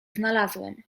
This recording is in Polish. znalazłem